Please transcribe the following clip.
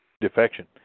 Defection